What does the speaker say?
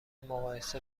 مقایسه